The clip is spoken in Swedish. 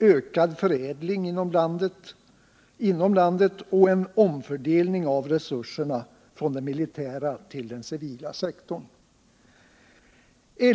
ökad förädling inom landet och en omfördelning av resurserna från den militära till den civila sektorn.